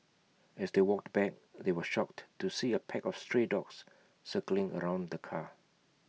as they walked back they were shocked to see A pack of stray dogs circling around the car